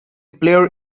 player